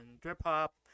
drip-hop